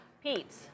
Pete